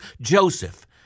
Joseph